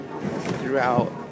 Throughout